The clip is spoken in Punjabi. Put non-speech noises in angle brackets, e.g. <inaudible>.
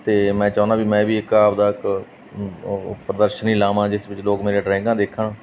ਅਤੇ ਮੈਂ ਚਾਹੁੰਦਾ ਵੀ ਮੈਂ ਵੀ ਇੱਕ ਆਪਣਾ ਇੱਕ <unintelligible> ਪ੍ਰਦਰਸ਼ਨੀ ਲਗਾਵਾਂ ਜਿਸ ਵਿੱਚ ਲੋਕ ਮੇਰੀਆਂ ਡਰਾਇੰਗਾਂ ਦੇਖਣ